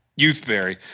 Youthberry